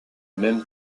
même